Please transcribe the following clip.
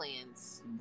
plans